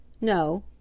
No